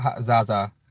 Zaza